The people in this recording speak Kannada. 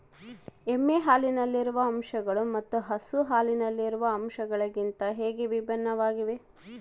ಎಮ್ಮೆ ಹಾಲಿನಲ್ಲಿರುವ ಅಂಶಗಳು ಮತ್ತು ಹಸು ಹಾಲಿನಲ್ಲಿರುವ ಅಂಶಗಳಿಗಿಂತ ಹೇಗೆ ಭಿನ್ನವಾಗಿವೆ?